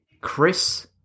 Chris